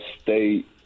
State